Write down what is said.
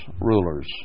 rulers